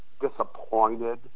disappointed